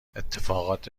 اتفاقات